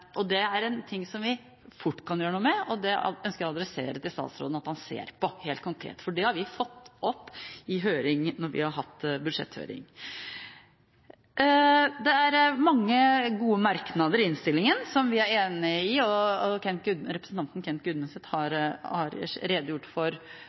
og det ønsker jeg å adressere til statsråden at han ser på helt konkret. Det har vi også tatt opp når vi har hatt budsjetthøring. Det er mange gode merknader i innstillingen som vi er enig i, og representanten Kent